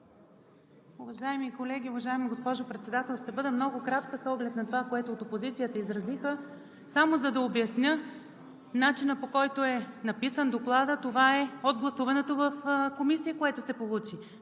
Уважаеми колеги, уважаема госпожо Председател! Ще бъда много кратка с оглед на това, което от опозицията изразиха, само, за да обясня начина, по който е написан Докладът, това е от гласуването в Комисията, което се получи.